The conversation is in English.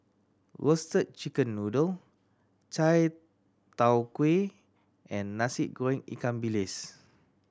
Roasted Chicken Noodle chai tow kway and Nasi Goreng ikan bilis